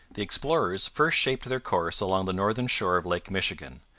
the explorers first shaped their course along the northern shore of lake michigan,